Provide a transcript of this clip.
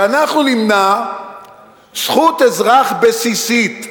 שאנחנו נמנע זכות אזרח בסיסית,